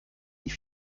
die